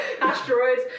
Asteroids